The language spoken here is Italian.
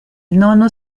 nonno